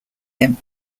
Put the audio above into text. him